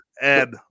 Ed